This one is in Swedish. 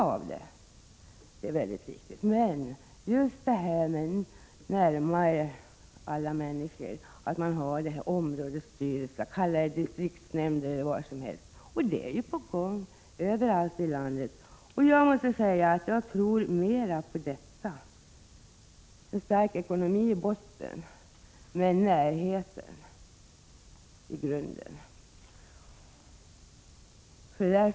Men det är mycket viktigt att besluten fattas närmare alla människor, i områdesstyrel ser, distriktsnämnder eller vad man vill kalla organen i fråga. Detta är på gång överallt i landet. Jag måste säga att jag tror mer på en sådan lösning; en stark ekonomi i botten, men närheten som en mycket viktig faktor.